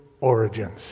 Origins